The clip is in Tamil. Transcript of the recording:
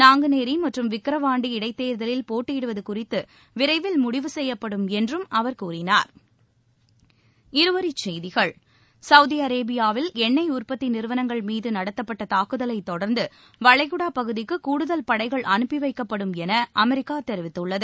நாங்குநேரி மற்றும் விக்கிரவாண்டி இடைத்தேர்தலில் போட்டியிடுவது குறிதது விரைவில் முடிவு செய்யப்படும் என்றும் அவர் கூறினார் இருவரிச்செய்திகள் சவுதி அரேபியாவில் எண்ணெய் உற்பத்தி நிறுவனங்கள் மீது நடத்தப்பட்ட தாக்குதலைத் தொடர்ந்து வளைகுடா பகுதிக்கு கூடுதல் படைகள் அனுப்பி வைக்கப்படும் என அமெரிக்கா தெரிவித்துள்ளது